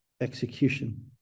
execution